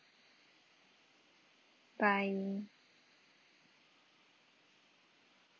bye